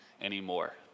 anymore